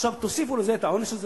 עכשיו תוסיפו לזה את העונש הזה?